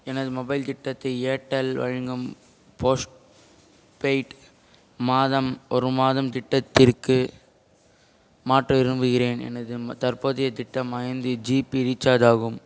எனது மொபைல் திட்டத்தை ஏர்டெல் வழங்கும் போஸ்ட் பெய்ட் மாதம் ஒரு மாதம் திட்டத்திற்கு மாற்ற விரும்புகிறேன் எனது தற்போதைய திட்டம் ஐந்து ஜிபி ரீசார்ஜ் ஆகும்